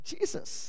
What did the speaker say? Jesus